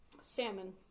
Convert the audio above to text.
Salmon